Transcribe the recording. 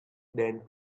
than